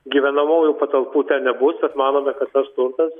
gyvenamųjų patalpų ten nebus bet manome kad tas turtas